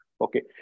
okay